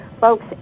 Folks